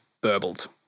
burbled